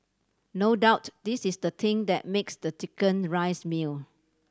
no doubt this is the thing that makes the chicken rice meal